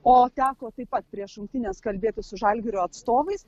o teko taip pat prieš rungtynes kalbėtis su žalgirio atstovais